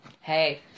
Hey